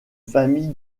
famille